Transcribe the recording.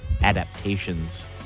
adaptations